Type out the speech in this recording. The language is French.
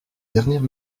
dernière